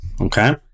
okay